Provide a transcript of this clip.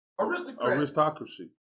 Aristocracy